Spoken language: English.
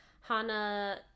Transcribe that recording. Hana